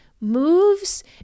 moves